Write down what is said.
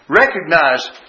recognize